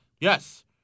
yes